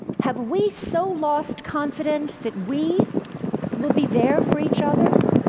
have we so lost confidence that we will be there for each other?